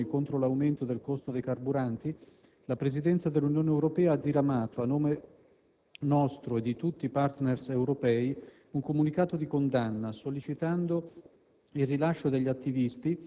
Dopo le prime manifestazioni contro l'aumento del costo dei carburanti la Presidenza dell'Unione Europea ha diramato a nome nostro e di tutti i *partner* europei un comunicato di condanna, sollecitando